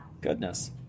Goodness